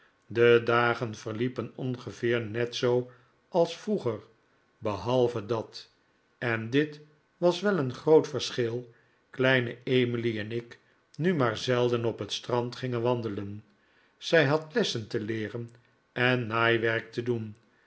de dagen verliepen ongeveer net zoo als vroeger behalve dat en dit was wel een groot yerschil kleine emily en ik nu maar zelden op het strand gingen wandelen zij had lessen te leeren en naaiwerk te doen